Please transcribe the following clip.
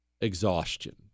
exhaustion